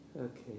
okay